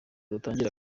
dutangire